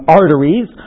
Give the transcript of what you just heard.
arteries